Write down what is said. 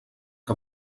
que